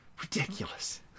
ridiculous